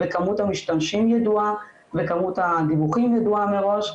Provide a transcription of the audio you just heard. וכמות המשתמשים ידועה וכמות הדיווחים ידועה מראש,